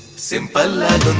simple